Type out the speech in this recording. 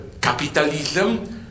capitalism